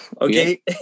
Okay